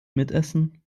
mitessen